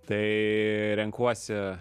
tai renkuosi